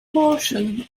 portion